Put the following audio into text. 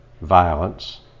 violence